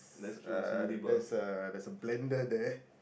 uh there's a there's a blender there